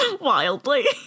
Wildly